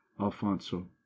alfonso